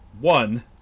one